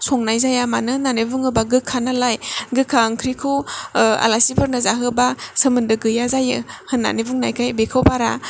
संनाय जाया मानो होननानै बुङोबा गोखा नालाय गोखा ओंख्रिखौ आलासिफोरनो जाहोबा सोमोन्दो गैया जायो होननानै बुंनायखाय बेखौ बारा